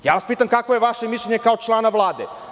Pitam vas, kakvo je vaše mišljenje kao člana Vlade?